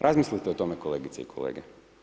Razmislite o tome kolegice i kolege.